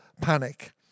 panic